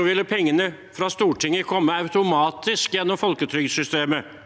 ville pengene fra Stortinget komme automatisk gjennom folketrygdsystemet.